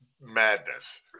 madness